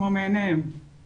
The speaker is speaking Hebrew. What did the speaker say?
כמו מעין דז'ה-וו,